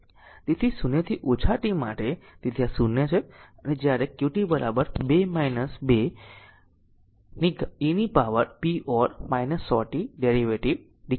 તેથી 0 થી ઓછા ટી માટે તેથી આ 0 છે અને જ્યારે qt 2 2 e to the p or 100 t derivative dqtdt law